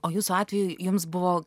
o jūsų atveju jums buvo